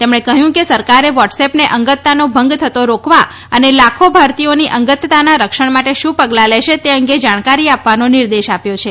તેમણે કહ્યું કે સરકારે વોટ્સએપને અંગતતાનો ભંગ થતો રોકવા અને લાખો ભારતીયોની અંગતતાના રક્ષણ માટે શું પગલાં લેશે તે અંગે જાણકારી આપવાનો નિર્દેશ આપ્યો છે